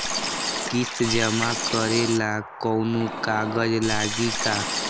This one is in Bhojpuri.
किस्त जमा करे ला कौनो कागज लागी का?